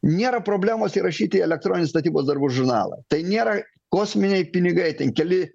nėra problemos įrašyti į elektroninį statybos darbų žurnalą tai nėra kosminiai pinigai ten keli